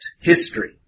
history